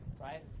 right